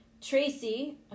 Tracy